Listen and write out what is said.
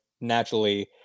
naturally